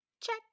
Check